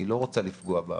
היא לא רוצה לפגוע בעם,